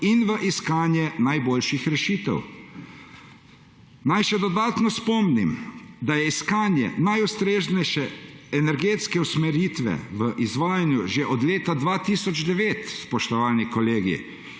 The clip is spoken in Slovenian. in v iskanje najboljših rešitev. Naj še dodatno spomnim, da je iskanje najustreznejše energetske usmeritve v izvajanju že od leta 2009, spoštovani kolegi,